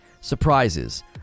surprises